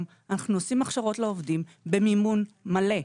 אנחנו עושים הכשרות לעובדים במימון מלא.